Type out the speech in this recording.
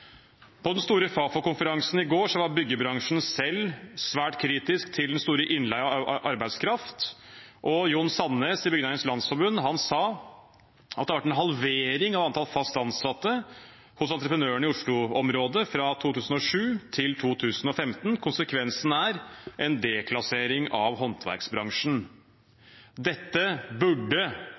På den store Fafo-konferansen i går var byggebransjen selv svært kritisk til den store innleien av arbeidskraft. Jon Sandnes i Byggenæringens Landsforening sa at det har vært en halvering av antallet fast ansatte hos entreprenørene i Oslo-området fra 2007 til 2015. Konsekvensen er en deklassering av håndverksbransjen. Dette burde